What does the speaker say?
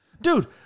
Dude